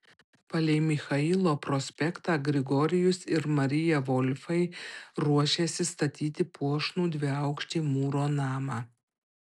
palei michailo prospektą grigorijus ir marija volfai ruošėsi statyti puošnų dviaukštį mūro namą